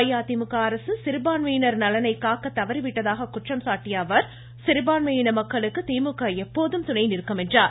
அஇஅதிமுக அரசு சிறுபான்மையினர் நலனை காக்க தவறிவிட்டதாக குற்றம் சாட்டிய அவர் சிறுபான்மையின மக்களுக்கு திமுக எப்போதும் துணை நிற்கும் என்றார்